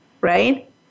right